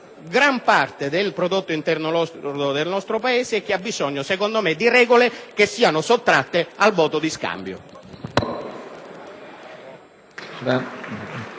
gran parte del prodotto interno lordo del nostro Paese e che ha bisogno, secondo me, di regole che siano sottratte al voto di scambio.